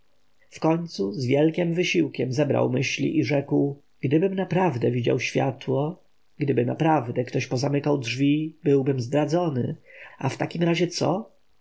nazwisko wkońcu z wielkim wysiłkiem zebrał myśli i rzekł gdybym naprawdę widział światło gdyby naprawdę ktoś pozamykał drzwi byłbym zdradzony a w takim razie co